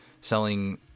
selling